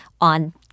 on